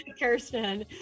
kirsten